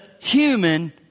human